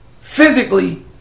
Physically